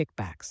kickbacks